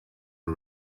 for